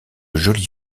jolie